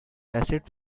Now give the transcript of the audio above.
acid